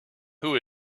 who